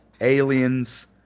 aliens